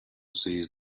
says